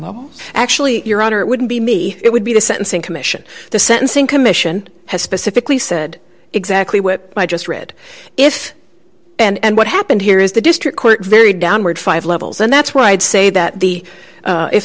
ten actually your honor it wouldn't be me it would be the sentencing commission the sentencing commission has specifically said exactly what i just read if and what happened here is the district court very downward five levels and that's why i'd say that the